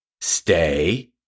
stay